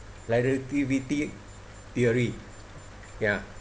relativity theory ya